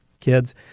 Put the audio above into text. kids